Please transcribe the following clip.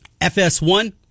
FS1